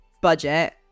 budget